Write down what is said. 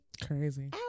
Crazy